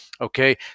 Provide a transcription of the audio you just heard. okay